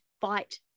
fight